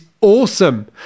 awesome